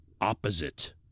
opposite